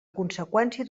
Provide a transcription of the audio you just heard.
conseqüència